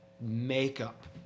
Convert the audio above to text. makeup